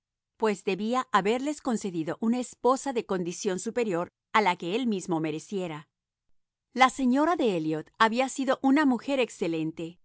pues debía haberles concedido una esposa de condición superior a la que él mismo mereciera la señora de elliot había sido una mujer excelente